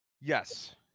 Yes